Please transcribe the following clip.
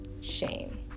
shame